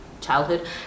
childhood